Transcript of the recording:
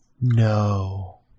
No